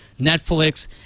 Netflix